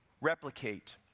replicate